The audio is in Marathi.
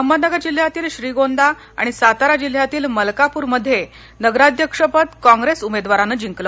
अहमदनगर जिल्ह्यातील श्रीगोंदा आणि सातारा जिल्ह्यातील मलकापूर मध्ये नगराध्यक्षपद कॉंग्रेस उमेदवारानं जिंकलं